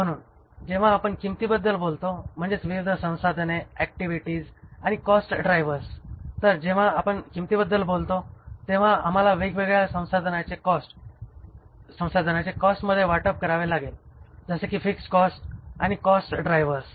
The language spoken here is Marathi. म्हणून जेव्हा आपण किंमतीबद्दल बोलतो म्हणजेच विविध संसाधने ऍक्टिव्हिटीज आणि कॉस्ट ड्राइव्हर्सतर जेव्हा आपण किंमतीबद्दल बोलतो तेव्हा आम्हाला वेगवेगळ्या संसाधनांचे कॉस्ट मध्ये वाटप करावे लागेल जसे कि फिक्स्ड कॉस्ट आणि कॉस्ट ड्रॉयव्हर्स